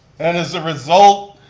and as a result,